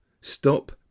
Stop